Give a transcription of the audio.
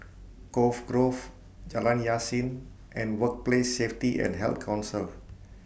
Cove Grove Jalan Yasin and Workplace Safety and Health Council